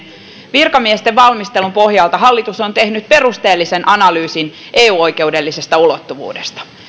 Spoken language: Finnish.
virkamiesten valmistelun pohjalta hallitus on tehnyt perusteellisen analyysin eu oikeudellisesta ulottuvuudesta